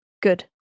Good